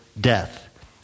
death